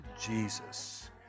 Jesus